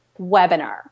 webinar